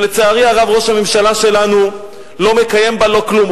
שלצערי הרב ראש הממשלה שלנו לא מקיים ולא כלום.